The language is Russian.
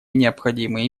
необходимые